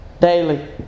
daily